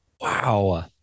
wow